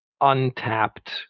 untapped